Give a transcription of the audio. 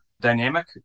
dynamic